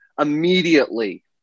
immediately